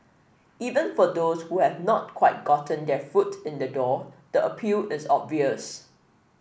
even for those who have not quite gotten their foot in the door the appeal is obvious